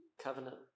covenant